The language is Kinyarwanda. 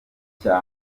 cya